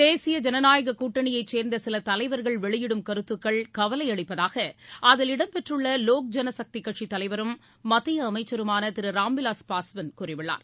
தேசிய ஜனநாயகக் கூட்டணியைச் சேர்ந்த சில தலைவர்கள் வெளியிடும் கருத்துக்கள் கவலை அளிப்பதாக அதில் இடம் பெற்றுள்ள லோக் ஜனசக்தி கட்சித் தலைவரும் மத்திய அமைச்சருமான திரு ராம்விலாஸ் பாஸ்வான் கூறியுள்ளார்